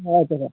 हजुर